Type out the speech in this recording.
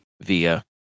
via